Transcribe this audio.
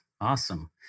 Awesome